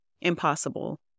impossible